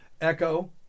Echo